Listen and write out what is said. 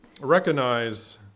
Recognize